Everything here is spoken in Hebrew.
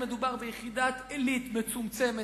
לכן, מדובר ביחידת עילית מצומצמת.